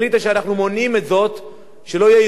שלא יהיה ערבוב בין התפקוד שלהם בתפקיד,